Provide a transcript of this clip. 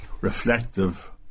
reflective